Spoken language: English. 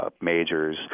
majors